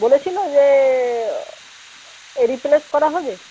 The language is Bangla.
বলেছিলো যে এ রিপ্লেস করা হবে